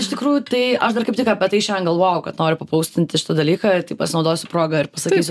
iš tikrųjų tai aš dar kaip tik apie tai šen galvojau kad noriu papaustinti šitą dalyką tai pasinaudosiu proga ir pasakysiu